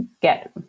get